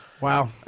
Wow